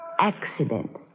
Accident